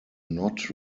not